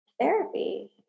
therapy